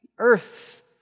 Earth